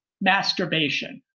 masturbation